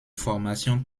formation